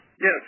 Yes